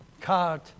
card